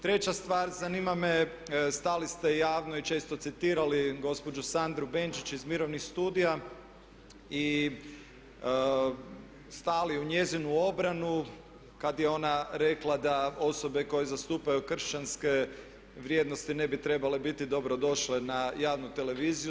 Treća stvar, zanima me, stali ste javno i često citirali gospođu Sandru Benčić iz mirovnih studija i stali u njezinu obranu kada je ona rekla da osobe koje zastupaju kršćanske vrijednosti ne bi trebale biti dobro došle na javnu televiziju.